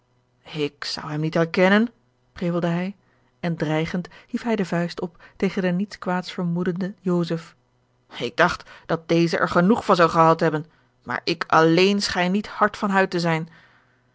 ik zou hem niet herkennen prevelde hij en dreigend hief hij de vuist op tegen den niets kwaads vermoedenden joseph ik dacht dat deze er genoeg van zou gehad hebben maar ik alléén schijn niet hard van huid te zijn